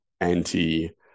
anti